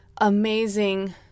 amazing